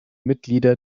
mitglieder